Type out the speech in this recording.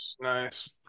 nice